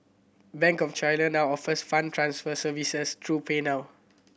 Bank of China now offers fund transfer services through PayNow